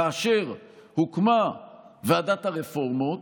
כאשר הוקמה ועדת הרפורמות,